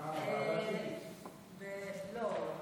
אה, לא.